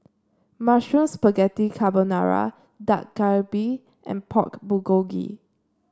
Mushroom Spaghetti Carbonara Dak Galbi and Pork Bulgogi